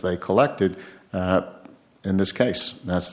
they collected in this case that's